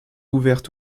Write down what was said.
ouvertes